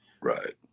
Right